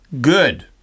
good